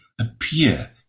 appear